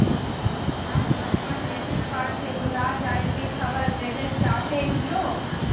हम अप्पन debit card के भुला जाये के खबर देवे चाहे हियो